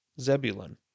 Zebulun